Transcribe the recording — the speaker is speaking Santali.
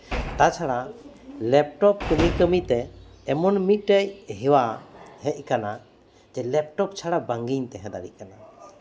ᱛᱟᱪᱷᱟᱲᱟ ᱞᱮᱯᱴᱚᱯ ᱠᱟᱹᱢᱤ ᱠᱟᱹᱢᱤᱛᱮ ᱮᱢᱚᱱ ᱢᱤᱫᱴᱮᱡ ᱦᱮᱣᱟ ᱦᱮᱡ ᱠᱟᱱᱟ ᱡᱮ ᱞᱮᱯᱴᱚᱯ ᱪᱷᱟᱲᱟ ᱵᱟᱝᱜᱤᱧ ᱛᱟᱦᱮᱸ ᱫᱟᱲᱮᱭᱟᱜ ᱠᱟᱱᱟ